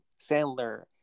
sandler